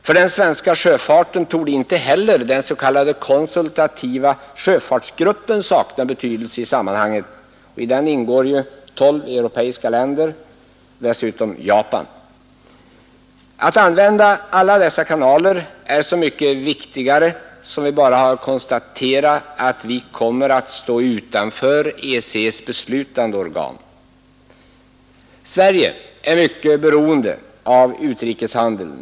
För den svenska sjöfarten torde inte heller den s.k. konsultativa sjöfartsgruppen sakna betydelse i sammanhanget. I denna ingår ju tolv europeiska länder och dessutom Japan. Att använda alla dessa kanaler är så mycket viktigare som vi bara har att konstatera att vi kommer att stå utanför EEC:s beslutande organ. Sverige är mycket beroende av utrikeshandeln.